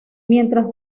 mientras